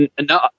No